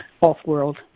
off-world